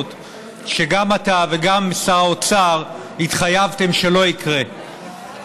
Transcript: שגם אתה וגם שר האוצר התחייבתם שלא יקרו,